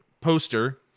poster